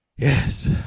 Yes